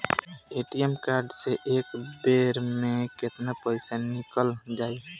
ATM card से एक बेर मे केतना पईसा निकल जाई?